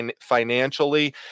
financially